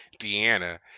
Deanna